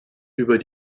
über